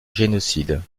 génocide